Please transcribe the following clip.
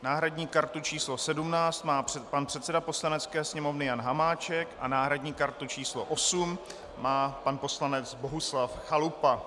Náhradní kartu číslo 17 má pan předseda Poslanecké sněmovny Jan Hamáček a náhradní kartu číslo 8 má pan poslanec Bohuslav Chalupa.